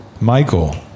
Michael